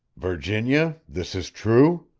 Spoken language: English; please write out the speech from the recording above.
virginia, this is true?